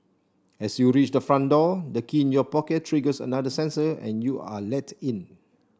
as you reach the front door the key in your pocket triggers another sensor and you are let in